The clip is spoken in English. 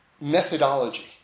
methodology